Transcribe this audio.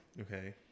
okay